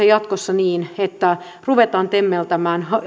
jatkossa niin että ruvetaan temmeltämään